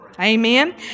Amen